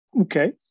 Okay